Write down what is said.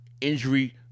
injury